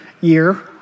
year